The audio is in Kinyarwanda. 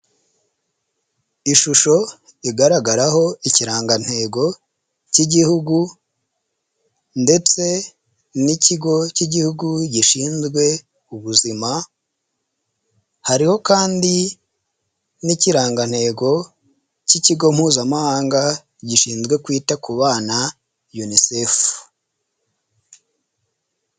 Ishusho igaragaraho ikirangantego cy'igihugu ndetse n'ikigo cy'igihugu gishinzwe ubuzima, hariho kandi n'ikirangantego k'ikigo mpuzamahanga gishinzwe kwita ku bana yunisefu.